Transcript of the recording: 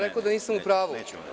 Rekao je da nisam u pravu.